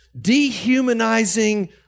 dehumanizing